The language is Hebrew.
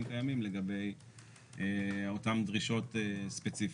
קיימים לגבי אותן דרישות ספציפיות.